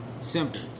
Simple